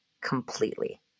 completely